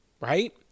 right